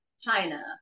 China